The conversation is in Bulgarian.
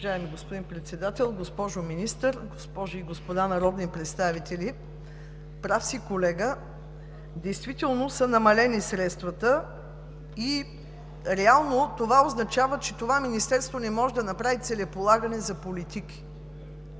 Уважаеми господин Председател, госпожо Министър, госпожи и господа народни представители! Прав си, колега, действително са намалени средствата и реално това означава, че Министерството не може да направи целеполагане за политики.